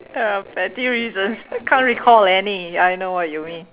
ya petty reasons can't recall any I know what you mean